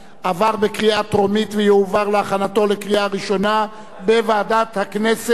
לדיון מוקדם בוועדה שתקבע ועדת הכנסת נתקבלה.